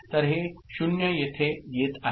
तर हे 0 येथे येत आहे